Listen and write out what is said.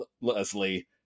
Leslie